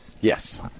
Yes